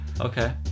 Okay